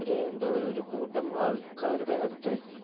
ഒരു എന്താണ് പറയുക ഒരു കൂട്ടം ആള്ക്കാരുടെ അടുത്തായിരുന്നു